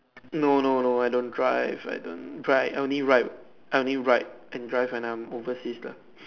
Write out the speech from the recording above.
no no no I don't drive I don't drive I only ride I only ride and drive and I'm overseas lah